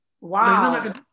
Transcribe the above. Wow